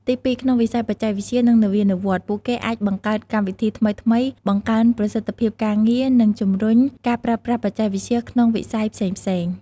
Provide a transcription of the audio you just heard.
ទីពីរ ក្នុងវិស័យបច្ចេកវិទ្យា និងនវានុវត្តន៍ ពួកគេអាចបង្កើតកម្មវិធីថ្មីៗ បង្កើនប្រសិទ្ធភាពការងារ និងជំរុញការប្រើប្រាស់បច្ចេកវិទ្យាក្នុងវិស័យផ្សេងៗ។